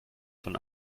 von